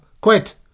Quit